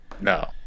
No